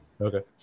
Okay